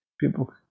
people